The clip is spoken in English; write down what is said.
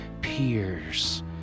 peers